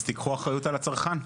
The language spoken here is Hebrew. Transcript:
אז תיקחו אחריות על הצרכן.